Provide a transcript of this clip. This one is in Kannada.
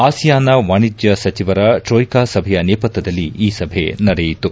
ಆಸಿಯಾನ್ನ ವಾಣಿಜ್ಯ ಸಚಿವರ ಟ್ರೋಯ್ಕಾ ಸಭೆಯ ನೇಪಥ್ಯದಲ್ಲಿ ಈ ಸಭೆ ನಡೆಯಿತು